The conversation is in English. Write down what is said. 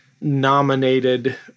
nominated